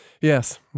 Yes